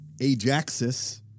ajaxus